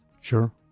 Sure